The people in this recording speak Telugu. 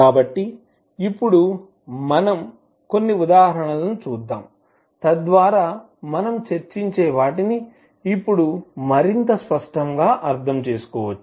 కాబట్టి ఇప్పుడు మనం కొన్ని ఉదాహరణలను చూద్దాం తద్వారా మనం చర్చించే వాటిని ఇప్పుడు మరింత స్పష్టంగా అర్థం చేసుకోవచ్చు